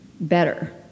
better